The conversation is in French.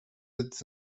êtes